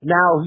Now